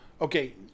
Okay